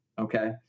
Okay